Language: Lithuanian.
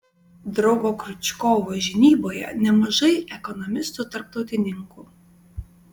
draugo kriučkovo žinyboje nemažai ekonomistų tarptautininkų